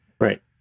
Right